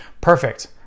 Perfect